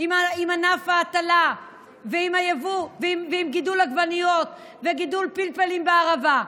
עם ענף ההטלה ועם גידול עגבניות וגידול פלפלים בערבה?